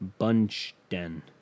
Bunchden